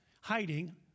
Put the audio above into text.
hiding